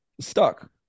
stuck